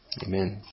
Amen